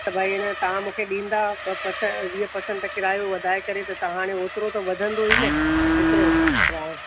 त भई अन तव्हां मूंखे ॾींदा ॿ परस वीह परसेंट किरायो वधाए करे त हाणे होतिरो त वधंदो ई न एतिरो किरायो